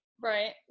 Right